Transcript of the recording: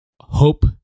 hope